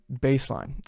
baseline